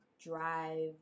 drive